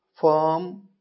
Firm